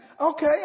okay